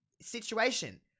situation